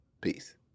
Peace